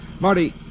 Marty